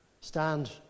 stand